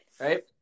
right